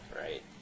right